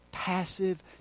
passive